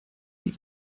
die